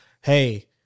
hey